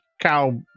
cow